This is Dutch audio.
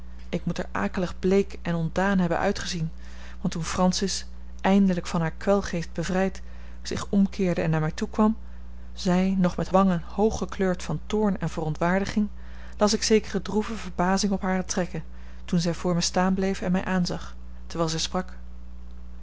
ik moet er akelig bleek en ontdaan hebben uitgezien want toen francis eindelijk van haar kwelgeest bevrijd zich omkeerde en naar mij toekwam zij nog met wangen hooggekleurd van toorn en verontwaardiging las ik zekere droeve verbazing op hare trekken toen zij voor mij staan bleef en mij aanzag terwijl zij sprak